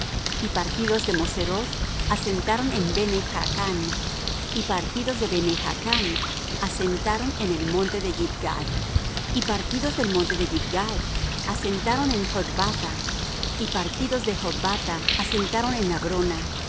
y partidos de moseroth asentaron en bene jaacán y partidos de bene jaacán asentaron en el monte de gidgad y partidos del monte de gidgad asentaron en jotbatha y partidos de jotbatha asentaron en abrona